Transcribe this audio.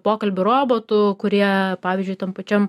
pokalbių robotų kurie pavyzdžiui tam pačiam